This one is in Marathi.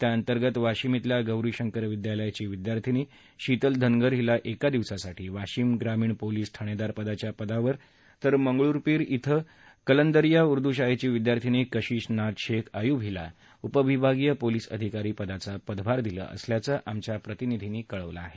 त्याअंतर्गत वाशिम खिल्या गौरीशंकर विद्यालयाची विद्यार्थिनी शीतल धनगर हीला एका दिवसासाठी वाशिम ग्रामीण पोलिस ठाणेदारपदाच्या पदावर तर मंगरुळपिर श्रे कलंदरिया उर्दू शाळेची विद्यार्थिनी कशीश नाझ शेख आयुब हिला उपविभागीय पोलीस अधिकारी पदाचा पदभार दिला असल्याचं आमच्या प्रतिनिधीनं कळवलं आहे